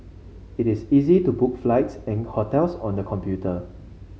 it is easy to book flights and hotels on the computer